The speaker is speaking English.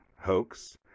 hoax